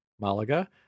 Malaga